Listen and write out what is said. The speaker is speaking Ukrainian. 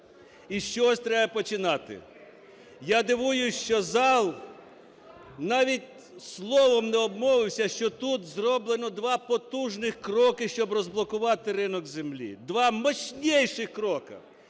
чогось треба починати. Я дивуюся, що зал навіть словом не обмовився, що тут зроблено два потужних кроки, щоб розблокувати ринок землі, два мощнейших кроки.